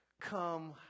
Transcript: Come